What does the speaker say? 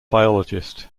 biologist